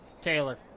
Taylor